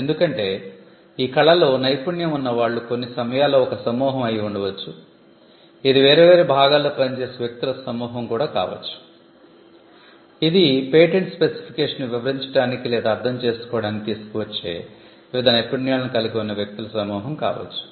ఎందుకంటే ఈ కళలో నైపుణ్యం ఉన్న వాళ్ళు కొన్ని సమయాల్లో ఒక సమూహం అయి ఉండవచ్చు ఇది వేర్వేరు భాగాలలో పనిచేసే వ్యక్తుల సమూహం కూడా కావచ్చు ఇది పేటెంట్ స్పెసిఫికేషన్ను వివరించడానికి లేదా అర్ధం చేసుకోడానికి తీసుకువచ్చే వివిధ నైపుణ్యాలను కలిగి ఉన్న వ్యక్తుల సమూహం కావచ్చు